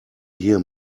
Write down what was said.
hear